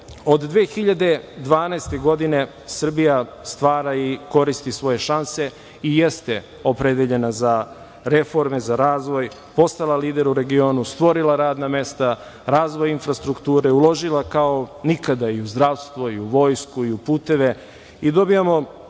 od 2012. godine Srbija stvara i koristi svoje šanse i jeste opredeljena za reforme, za razvoj, postala lider u regionu, stvorila radna mesta, razvoj infrastrukture, uložila kao nikada i u zdravstvo i u vojsku i u puteve i dobijamo